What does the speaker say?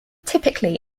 typically